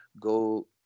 go